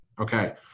Okay